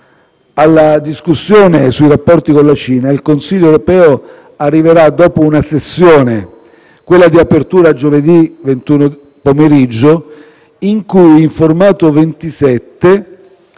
Alla discussione sui rapporti con la Cina, il Consiglio europeo arriverà dopo una sessione - quella di apertura, giovedì 21 pomeriggio - in cui, in formato 27